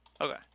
Okay